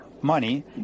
money